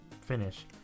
finish